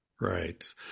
right